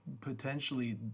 potentially